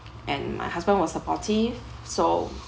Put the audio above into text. and my husband was supportive so